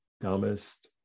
dumbest